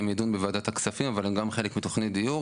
הם יידונו בוועדת הכספים אבל הם גם חלק מתוכנית דיור,